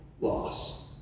loss